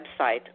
website